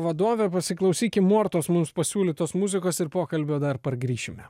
vadovė pasiklausykim mortos mums pasiūlytos muzikos ir pokalbio dar pargrįšime